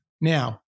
Now